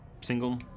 single